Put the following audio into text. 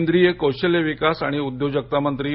केंद्रीय कौशल्य विकास आणि उद्योजकता मंत्री डॉ